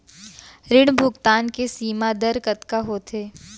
ऋण भुगतान के सीमा दर कतका होथे?